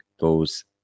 goes